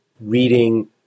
reading